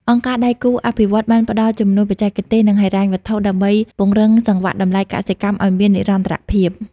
អង្គការដៃគូអភិវឌ្ឍន៍បានផ្ដល់ជំនួយបច្ចេកទេស និងហិរញ្ញវត្ថុដើម្បីពង្រឹងសង្វាក់តម្លៃកសិកម្មឱ្យមាននិរន្តរភាព។